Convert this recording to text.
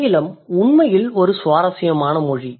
ஆங்கிலம் உண்மையில் ஒரு சுவாரஸ்யமான மொழி